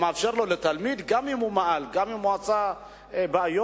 כדי שגם אם תלמיד מעד ועשה בעיות,